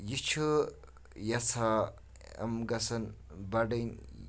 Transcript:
یہِ چھُ یَژھان یِم گژھن بَڑٕنۍ